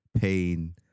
pain